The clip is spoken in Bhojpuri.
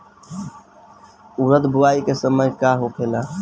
उरद बुआई के समय का होखेला?